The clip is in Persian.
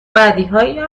بدیهایی